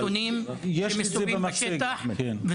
יש כל מיני נתונים שמציגים בשטח וזה